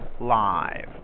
live